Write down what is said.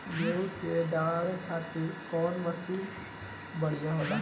गेहूँ के दवावे खातिर कउन मशीन बढ़िया होला?